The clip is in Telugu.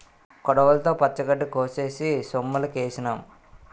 కొడవలితో పచ్చగడ్డి కోసేసి సొమ్ములుకేసినాం